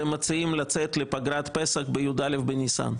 אתם מציעים לצאת לפגרת פסח ב-י"א בניסן.